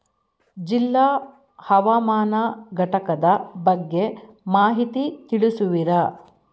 ಜಿಲ್ಲಾ ಹವಾಮಾನ ಘಟಕದ ಬಗ್ಗೆ ಮಾಹಿತಿ ತಿಳಿಸುವಿರಾ?